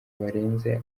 barenze